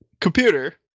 Computer